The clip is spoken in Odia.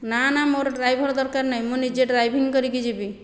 ନା ନା ମୋର ଡ୍ରାଇଭର ଦରକାର ନାହିଁ ମୁଁ ନିଜେ ଡ୍ରାଇଭିଂ କରିକି ଯିବି